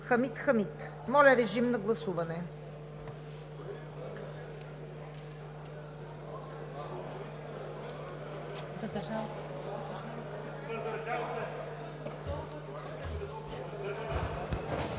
Моля, режим на гласуване